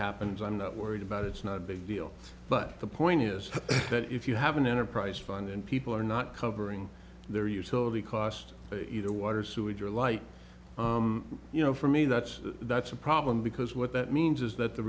happens i'm not worried about it's not a big deal but the point is that if you have an enterprise fund and people are not covering their utility costs either water sewage or light you know for me that's that's a problem because what that means is that the